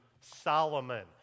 Solomon